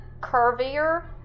curvier